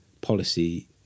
policy